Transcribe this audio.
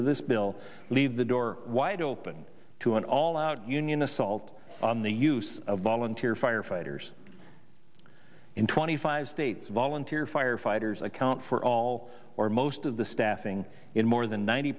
of this bill leave the door wide open to an all out union assault on the use of volunteer firefighters in twenty five states volunteer firefighters account for all or most of the staffing in more than ninety